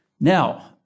Now